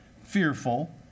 fearful